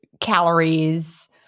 calories